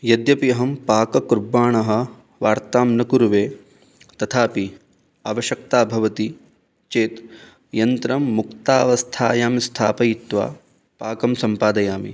यद्यपि अहं पाककुर्वाणः वार्तां न कुर्वे तथापि अवश्यकता भवति चेत् यन्त्रं मुक्तावस्थायां स्थापयित्वा पाकं सम्पादयामि